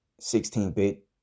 16-bit